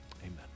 Amen